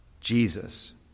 Jesus